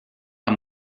amb